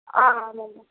ஆ ஆமாம்மா